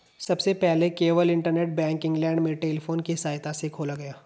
सबसे पहले केवल इंटरनेट बैंक इंग्लैंड में टेलीफोन की सहायता से खोला गया